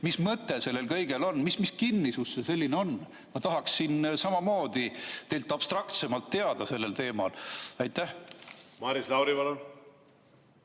Mis mõte sellel kõigel on? Mis kinnisus see selline on? Ma tahaksin teilt abstraktsemalt teada sellel teemal. Ma